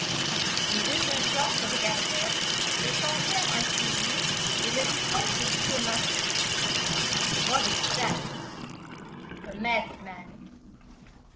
les deux jeunes gens se regardèrent échangèrent un sourire et le vicomte dit au marquis